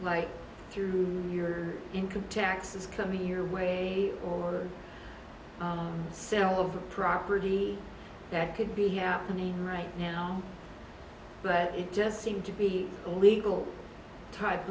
like through your income taxes coming your way or the sale of property that could be happening right now but it just seemed to be a legal type